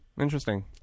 Interesting